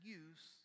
use